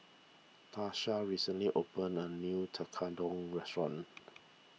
Tarsha recently opened a new Tekkadon restaurant